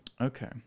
Okay